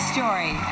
Story